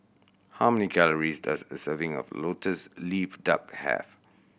how many calories does a serving of Lotus Leaf Duck have